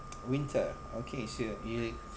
winter okay so you